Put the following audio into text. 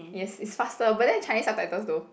yes it's faster but then is Chinese subtitles though